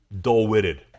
dull-witted